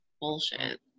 bullshit